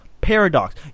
paradox